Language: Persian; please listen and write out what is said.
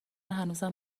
هنوزم